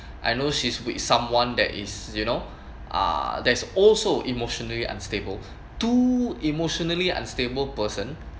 I know she's with someone that is you know uh that's also emotionally unstable two emotionally unstable person